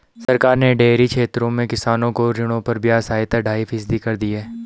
सरकार ने डेयरी क्षेत्र में किसानों को ऋणों पर ब्याज सहायता ढाई फीसदी कर दी है